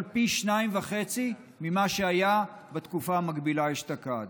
פי 2.5 ממה שהיה בתקופה המקבילה אשתקד.